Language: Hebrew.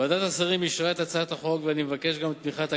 ועדת השרים אישרה את הצעת החוק ואני מבקש גם את תמיכת הכנסת.